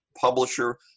publisher